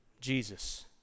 jesus